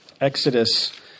Exodus